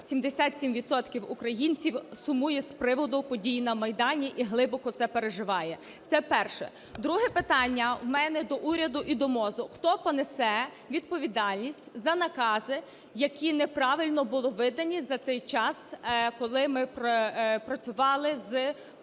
українців, сумує з приводу подій на Майдані і глибоко це переживає. Це перше. Друге питання у мене до уряду і до МОЗу. Хто понесе відповідальність за накази, які неправильно були видані за цей час, коли ми працювали з